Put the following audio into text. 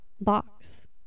box